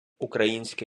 українські